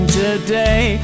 today